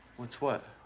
what's what?